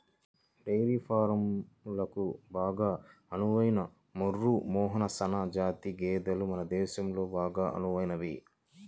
dairy ఫారంలకు బాగా అనువైన ముర్రా, మెహసనా జాతి గేదెలు మన దేశంలో బాగా అనువైనవి